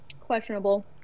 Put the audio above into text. Questionable